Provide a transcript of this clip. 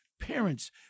parents